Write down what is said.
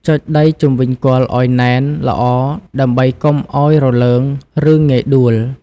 ចុចដីជុំវិញគល់ឲ្យណែនល្អដើម្បីកុំឲ្យរលើង ឬងាយដួល។